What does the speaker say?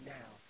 now